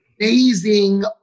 amazing